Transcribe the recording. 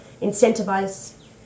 incentivize